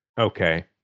Okay